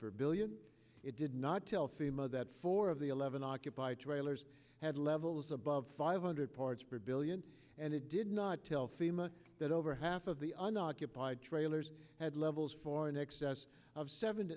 per billion it did not tell seam of that four of the eleven occupied trailers had levels above five hundred parts per billion and it did not tell fema that over half of the unoccupied trailers had levels for in excess of seven